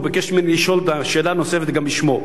הוא ביקש ממני לשאול שאלה נוספת גם בשמו.